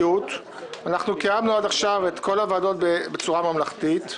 קיימנו עד עכשיו את כל הוועדות בצורה ממלכתית,